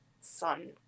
sun